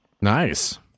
Nice